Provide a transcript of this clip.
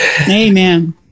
Amen